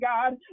God